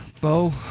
bo